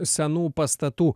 senų pastatų